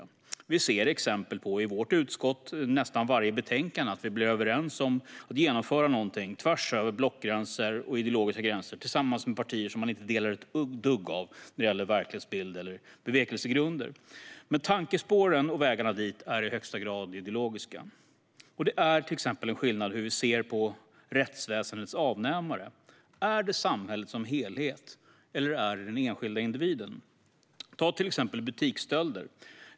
I vårt utskott ser vi exempel på det i nästan varje betänkande. Man kommer överens om att genomföra något tvärs över blockgränser och ideologiska gränser tillsammans med partier som man inte delar ett dugg med när det gäller verklighetsbild eller bevekelsegrunder. Men tankespåren och vägarna dit är i högsta grad ideologiska. Det är till exempel skillnader i hur vi ser på rättsväsendets avnämare. Är det samhället som helhet, eller är det den enskilde individen? Ta till exempel butiksstölder.